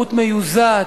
תחרות מיוזעת,